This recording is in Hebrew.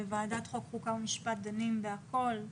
ועדת החוקה חוק ומשפט דנה בכל.